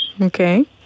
Okay